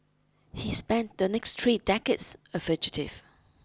he spent the next three decades a fugitive